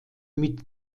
mit